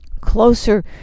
closer